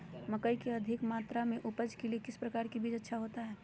मकई की अधिक मात्रा में उपज के लिए किस प्रकार की बीज अच्छा होता है?